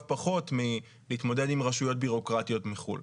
פחות מלהתמודד עם רשויות ביורוקרטיות מחו"ל.